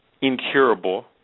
incurable